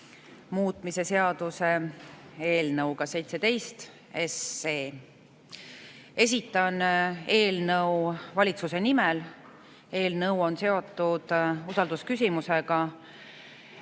muutmise seaduse eelnõuga 17. Esitan eelnõu valitsuse nimel, eelnõu on seotud usaldusküsimusega.